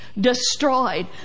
destroyed